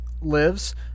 lives